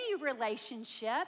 relationship